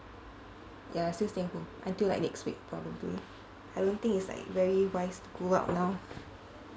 ya still staying home until like next week probably I don't think it's like very wise to go out now